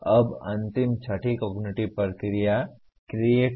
अब अंतिम छठी कॉगनिटिव प्रक्रिया क्रिएट है